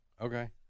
Okay